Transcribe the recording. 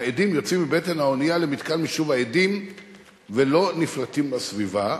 האדים יוצאים מבטן האונייה למתקן מישוב האדים ולא נפלטים לסביבה.